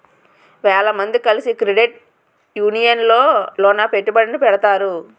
వేల మంది కలిసి క్రెడిట్ యూనియన్ లోన పెట్టుబడిని పెడతారు